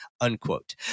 unquote